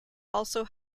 also